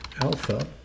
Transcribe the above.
alpha